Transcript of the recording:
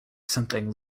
something